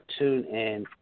TuneIn